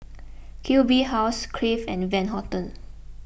Q B House Crave and Van Houten